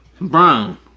Brown